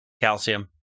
Calcium